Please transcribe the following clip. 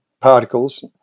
particles